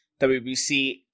WBC